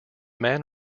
man